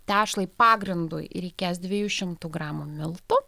tešlai pagrindui reikės dviejų šimtų gramų miltų